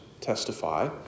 testify